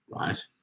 right